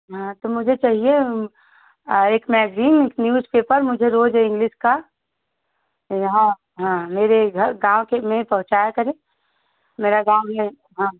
हाँ तो मुझे चाहिए और एक मैगजीन न्यूजपेपर मुझे रोज़ इंग्लिश का यहाँ हाँ मेरे घर गाँव के में पहुँचाया करें मेरा गाँव ये हाँ